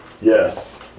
yes